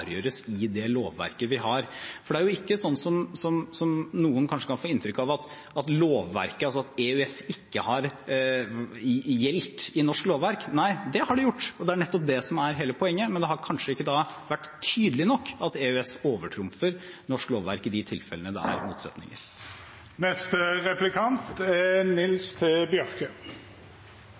i det lovverket vi har. For det er jo ikke slik, som noen kanskje kan få inntrykk av, at EØS ikke har gjeldt i norsk lovverk. Nei, det har det gjort, og det er nettopp det som er hele poenget, men det har kanskje ikke vært tydelig nok at EØS overtrumfer norsk lovverk i de tilfellene det har vært motsetninger.